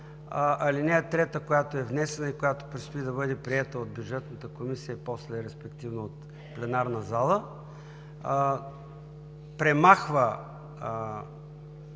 страна, ал. 3, която е внесена и която предстои да бъде приета от Бюджетната комисия, респективно от пленарната зала, премахва